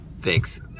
Thanks